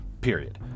Period